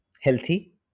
Healthy